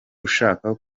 ushaka